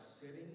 sitting